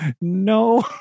no